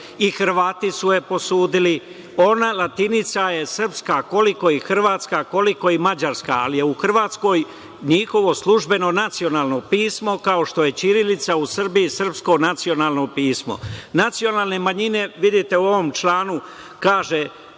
i Hrvati su je posudili. Ona je latinica je srpska koliko i hrvatska, koliko i mađarska, ali je u Hrvatskoj, njihovo službeno nacionalno pismo kao što je ćirilica u Srbiji srpsko nacionalno pismo. Nacionale manjine, vidite u ovom članu, kaže